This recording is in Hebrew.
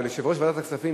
אבל יושב-ראש ועדת הכספים,